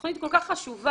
תכנית כל כך חשובה.